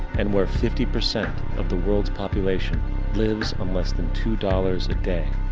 and, where fifty percent of the world's population lives on less than two dollars a day.